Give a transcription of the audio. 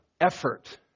Effort